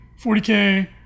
40K